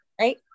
Right